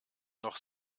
noch